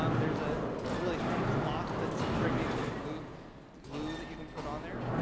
um there's ah a really thin cloth that impregnated with glue glue that you can put on there.